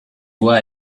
voix